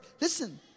Listen